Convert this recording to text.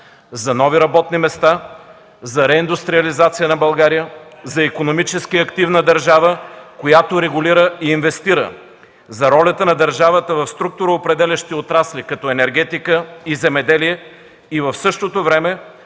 за нови работни места, за реиндустриализация на България, за икономически активна държава, която регулира и инвестира, за ролята на държавата в структуроопределящи отрасли като енергетика и земеделие и в същото време